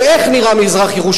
ואיך נראה מזרח-ירושלים?